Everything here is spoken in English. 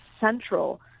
central